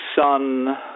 son